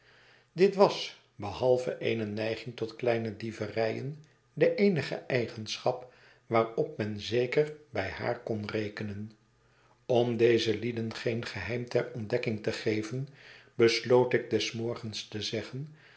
dit was behalve eene neiging tot kleine dieverijen de eenige eigenschap waarop men zeker bij haar kon rekenen om deze lieden geen geheim ter ontdekking te geven besloot ik des morgens te zeggen